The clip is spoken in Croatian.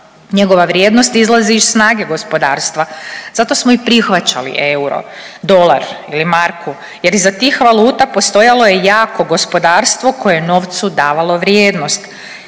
Njegova vrijednost izlazi iz snage gospodarstva, zato smo i prihvaćali euro, dolar ili marku jer iza tih valuta postojalo je jako gospodarstvo koje je novcu davalo vrijednost.